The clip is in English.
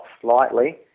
slightly